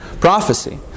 prophecy